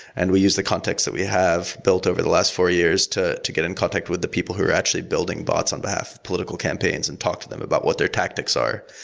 and we use the context that we have built over the last four years to to get in contact with the people who are actually building bots on behalf of political campaigns and talk to them about what their tactics are.